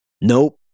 nope